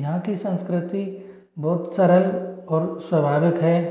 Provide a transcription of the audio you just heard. यहाँ की संस्कृति बहुत सरल और स्वाभाविक है